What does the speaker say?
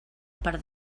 per